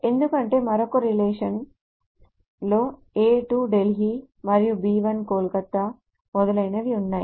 ఎందుకంటే మరొక రిలేషన్ లో A 2 ఢిల్లీ మరియు B 1 కోల్కతా మరియు మొదలైనవి ఉన్నాయి